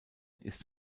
ist